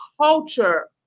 culture